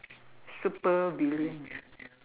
supervillain